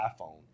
iPhone